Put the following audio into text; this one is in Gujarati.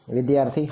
વિદ્યાર્થી હા